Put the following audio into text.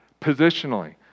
positionally